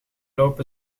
loop